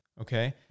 okay